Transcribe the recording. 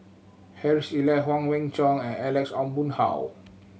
Harry Elias Huang Wenhong and Alex Ong Boon Hau